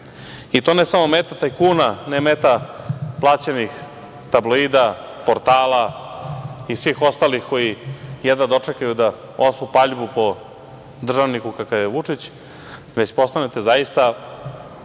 i to ne samo meta tajkuna, ne meta plaćenih tabloida, portala i svih ostalih koji jedva dočekaju da ospu paljbu po državniku kakav je Vučić, već postanete zaista